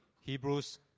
Hebrews